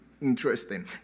Interesting